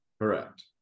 Correct